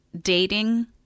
dating